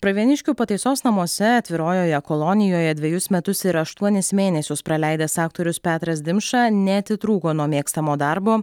pravieniškių pataisos namuose atvirojoje kolonijoje dvejus metus ir aštuonis mėnesius praleidęs aktorius petras dimša neatitrūko nuo mėgstamo darbo